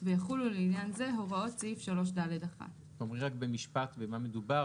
ויחולו לעניין זה הוראות סעיף 3ד1."; תאמרי רק במשפט במה מדובר.